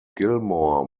gilmour